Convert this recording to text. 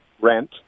rent